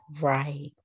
Right